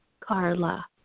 Carla